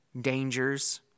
dangers